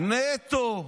הם לא עוזרים?